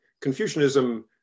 Confucianism